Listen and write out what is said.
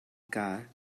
car